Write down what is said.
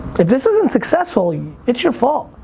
if this isn't successful it's your fault.